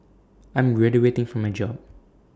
I'm graduating from my job